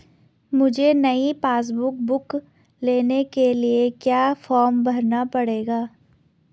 मुझे नयी passbook book लेने के लिए क्या फार्म भरना पड़ेगा?